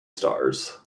stars